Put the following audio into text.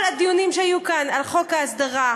כל הדיונים שהיו כאן על חוק ההסדרה,